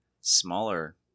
smaller